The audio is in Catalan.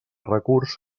recurs